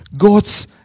God's